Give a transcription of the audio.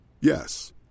Yes